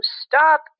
stop